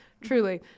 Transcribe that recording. Truly